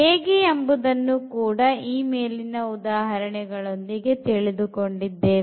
ಹೇಗೆ ಎಂಬುದನ್ನು ಕೂಡ ಈ ಮೇಲಿನ ಉದಾಹರಣೆಗಳೊಂದಿಗೆ ತಿಳಿದುಕೊಂಡಿದ್ದೇವೆ